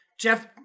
Jeff